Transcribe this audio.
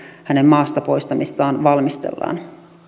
hänen maasta poistamistaan valmistellaan